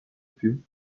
frio